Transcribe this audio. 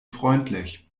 freundlich